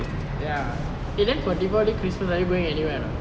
ya eh then for deepavali christmas are you going anywhere or not